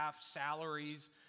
salaries